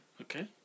Okay